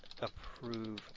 approve